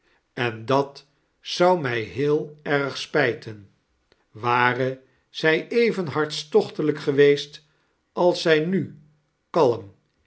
en dat zou mij heel heel erg spijten ware zij even hartstochtelijk geweest als zij nu kalm